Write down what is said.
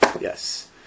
yes